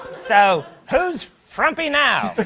so who's frumpy now? but